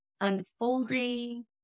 unfolding